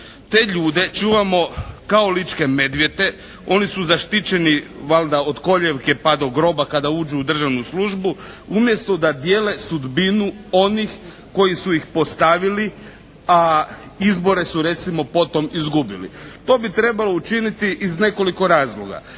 te ljude čuvamo kao ličke medvjede. Oni su zaštićeni valjda od kolijevke pa do groba kada uđu u državnu službu umjesto da dijele sudbinu onih koji su ih postavili a izbore su recimo potom izgubili. To bi trebalo učiniti iz nekoliko razloga.